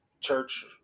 church